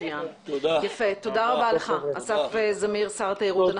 מצוין רבה לך אסף זמיר, שר התיירות.